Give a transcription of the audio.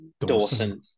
Dawson